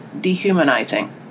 dehumanizing